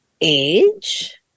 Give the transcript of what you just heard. age